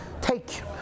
take